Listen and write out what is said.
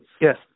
Yes